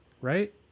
right